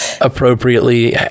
appropriately